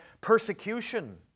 persecution